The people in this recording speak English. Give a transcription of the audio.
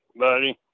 buddy